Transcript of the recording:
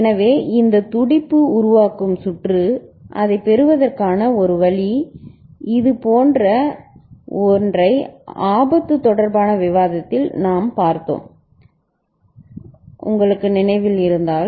எனவே இந்த துடிப்பு உருவாக்கும் சுற்று அதைப் பெறுவதற்கான ஒரு வழி இது போன்ற இது போன்ற ஒன்றை ஆபத்து தொடர்பான விவாதத்தில் நாம் பார்த்தோம் உங்களுக்கு நினைவில் இருந்தால்